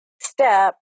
step